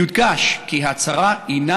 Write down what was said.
יודגש כי ההצהרה הינה